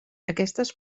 aquestes